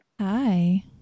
Hi